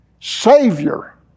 Savior